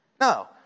No